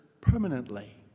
permanently